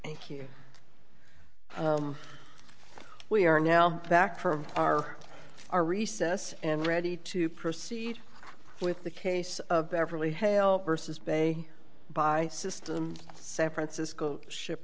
and here we are now back to our our recess and ready to proceed with the case of beverly hale versus bay by system san francisco ship